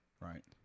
Right